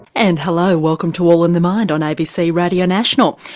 and hello, welcome to all in the mind on abc radio national,